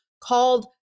called